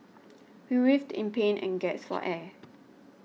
he writhed in pain and gasped for air